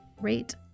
rate